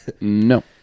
No